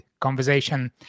Conversation